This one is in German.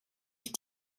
ich